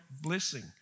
blessing